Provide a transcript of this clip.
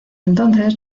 entonces